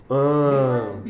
ah